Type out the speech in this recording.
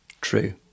True